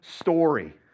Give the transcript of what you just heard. story